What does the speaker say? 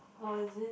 oh is it